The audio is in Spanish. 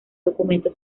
documento